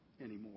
anymore